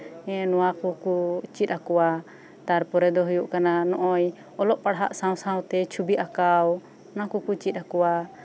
ᱮᱸ ᱱᱚᱶᱟ ᱠᱚᱠᱚ ᱪᱮᱫ ᱟᱠᱚᱣᱟ ᱛᱟᱨᱯᱚᱨᱮ ᱫᱚ ᱦᱩᱭᱩᱜ ᱠᱟᱱᱟ ᱱᱚᱜᱼᱚᱭ ᱚᱞᱚᱜ ᱯᱟᱲᱦᱟᱣ ᱥᱟᱶᱼᱥᱟᱶ ᱛᱮ ᱪᱷᱚᱵᱤ ᱟᱸᱠᱟᱣ ᱚᱱᱟ ᱠᱚᱠᱚ ᱪᱮᱫ ᱟᱠᱚᱣᱟ